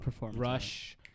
rush